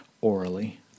orally